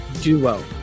Duo